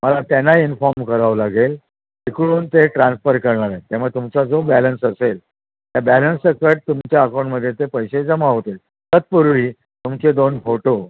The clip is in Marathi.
मला त्यांना इन्फॉर्म करावं लागेल तिकडून ते ट्रान्सफर करणार आहेत त्यामुळे तुमचा जो बॅलन्स असेल त्या बॅलन्ससकट तुमच्या अकाऊंटमध्ये ते पैसे जमा होतील तत्पूर्वी तुमचे दोन फोटो